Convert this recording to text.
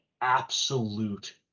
absolute